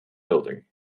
building